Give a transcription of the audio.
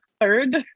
third